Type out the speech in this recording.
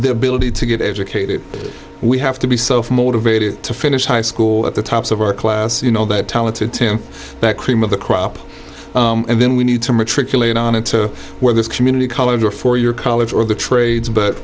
bility to get educated we have to be self motivated to finish high school at the tops of our class you know that talented tim that cream of the crop and then we need to matriculate on it to where this community college or a four year college or the trades but